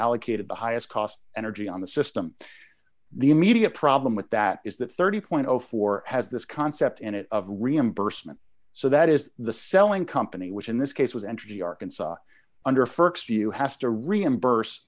allocated the highest cost energy on the system the immediate problem with that is that thirty four has this concept in it of reimbursement so that is the selling company which in this case was entergy arkansas under st you has to reimburse